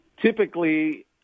typically